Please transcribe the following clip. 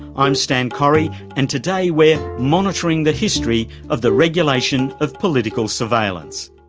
i'm stan correy and today we're monitoring the history of the regulation of political surveillance.